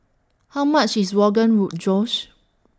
How much IS Rogan Roll Josh